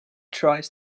tries